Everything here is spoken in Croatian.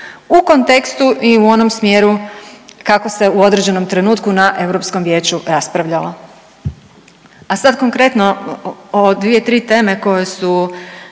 u kontekstu i u onom smjeru kako se u određenom trenutku na Europskom vijeću raspravljalo. A sad konkretno o 2-3 teme koje su